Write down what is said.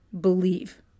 believe